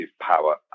power